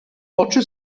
oczy